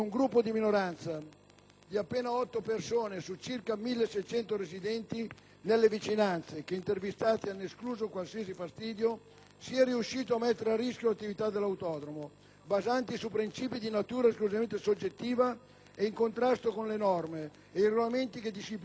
di appena otto persone, su circa 1.700 residenti nelle vicinanze (che, intervistati, hanno escluso qualsiasi fastidio), sia riuscito a mettere a rischio l'attività dell'autodromo, basandosi su principi di natura esclusivamente soggettiva e in contrasto con le norme e i regolamenti che disciplinano l'inquinamento acustico